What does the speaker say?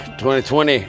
2020